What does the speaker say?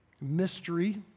Mystery